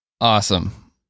Awesome